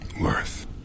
Worth